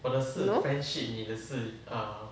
no